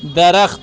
درخت